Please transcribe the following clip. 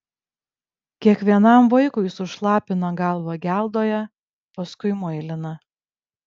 kiekvienam vaikui sušlapina galvą geldoje paskui muilina